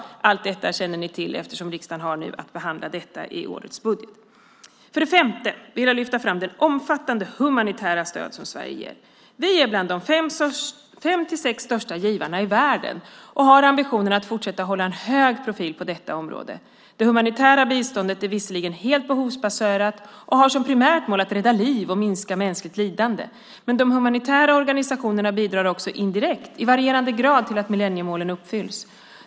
Allt detta känner ni till, eftersom riksdagen nu har att behandla detta i årets budget. För det femte vill jag lyfta fram det omfattande humanitära stöd som Sverige ger. Vi är bland de fem sex största givarna i världen och har ambitionen att fortsätta att hålla en hög profil på detta område. Det humanitära biståndet är visserligen helt behovsbaserat och har som primärt mål att rädda liv och minska mänskligt lidande. Men de humanitära organisationerna bidrar också indirekt, i varierande grad, till att millenniemålen uppfylls.